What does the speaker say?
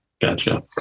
Gotcha